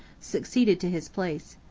succeeded to his place.